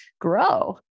grow